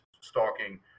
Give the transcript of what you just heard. stalking